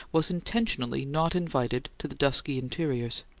was intentionally not invited to the dusky interiors.